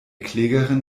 klägerin